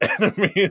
enemies